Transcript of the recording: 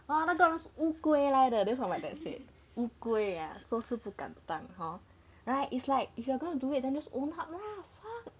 那个人是乌龟来得 that's what my dad said 做事不敢当 hor right it's like if you are going to do it then just own up right